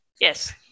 Yes